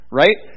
right